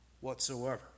whatsoever